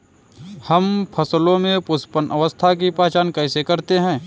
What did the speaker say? हम फसलों में पुष्पन अवस्था की पहचान कैसे करते हैं?